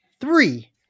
three